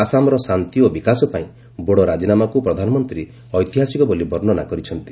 ଆସାମର ଶାନ୍ତି ଓ ବିକାଶ ପାଇଁ ବୋଡୋ ରାଜିନାମାକୁ ପ୍ରଧାନମନ୍ତ୍ରୀ ଐତିହାସିକ ବୋଲି ବର୍ଷନା କରିଛନ୍ତି